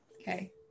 Okay